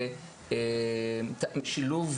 שילוב,